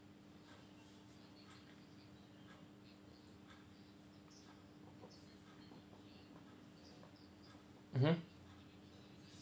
mmhmm